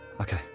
Okay